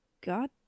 god